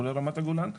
כולל רמת הגולן,